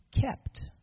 kept